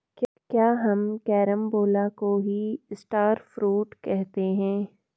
क्या हम कैरम्बोला को ही स्टार फ्रूट कहते हैं?